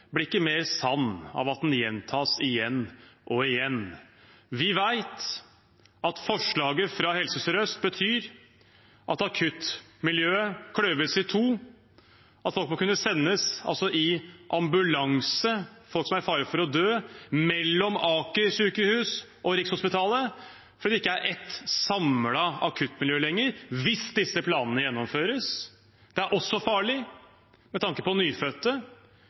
blir ikke mer sann av at den gjentas igjen og igjen. Vi vet at forslaget fra Helse Sør-Øst betyr at akuttmiljøet kløves i to, at folk som er i fare for å dø, må sendes i ambulanse mellom Aker sykehus og Rikshospitalet fordi det ikke er et samlet akuttmiljø lenger hvis disse planene gjennomføres. Det er også farlig med tanke på nyfødte,